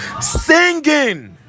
singing